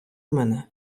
мене